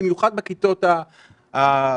במיוחד בכיתות הראשונות.